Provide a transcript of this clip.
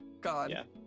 god